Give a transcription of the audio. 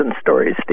stories